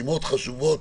סתימות חשובות